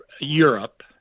Europe